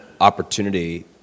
opportunity